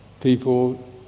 people